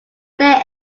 their